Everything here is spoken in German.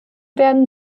werden